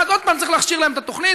ואז עוד פעם צריך להכשיר להם את התוכנית.